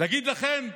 אגיד לכם,